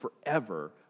forever